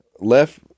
left—